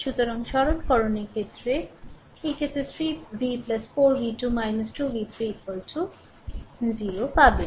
সুতরাং সরলকরণের ক্ষেত্রে এই ক্ষেত্রে 3 V 4 V 2 2 V 3 0 পাবেন